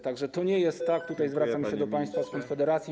Tak że to nie jest tak, tutaj zwracam się do państwa z Konfederacji.